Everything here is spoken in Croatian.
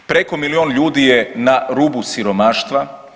Preko milijun ljudi je na rubu siromaštva.